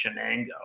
Shenango